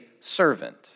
servant